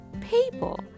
people